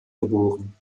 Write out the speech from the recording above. geboren